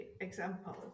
example